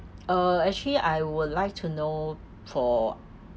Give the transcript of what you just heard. uh actually I would like to know for